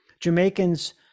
Jamaicans